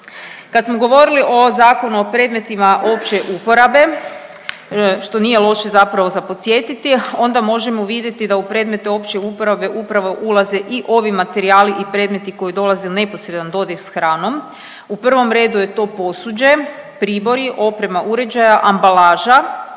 Kad smo govorili o Zakonu o predmetima opće uporabe što nije loše zapravo za podsjetiti onda možemo vidjeti da u predmete opće uporabe upravo ulaze i ovi materijali i predmeti koji dolaze u neposredan dodir s hranom. U prvom redu je to posuđe, pribori, oprema uređaja, ambalaža,